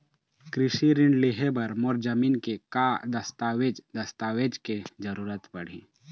कृषि ऋण लेहे बर मोर जमीन के का दस्तावेज दस्तावेज के जरूरत पड़ही?